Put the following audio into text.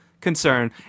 concern